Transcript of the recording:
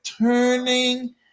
turning